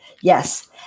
yes